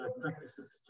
practices